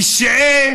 פשעי